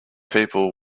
people